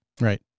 Right